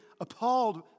appalled